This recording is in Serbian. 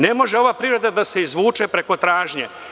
Ne može ova privreda da se izvuče preko tražnje.